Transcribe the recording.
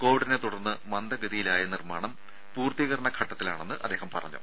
കോവിഡിനെ തുടർന്ന് മന്ദഗതിയിലായ നിർമ്മാണം പൂർത്തീകരണ ഘട്ടത്തിലാണെന്ന് അദ്ദേഹം പറഞ്ഞു